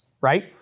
right